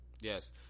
Yes